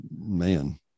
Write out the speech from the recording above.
man